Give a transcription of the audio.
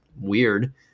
weird